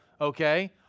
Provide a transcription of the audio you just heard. okay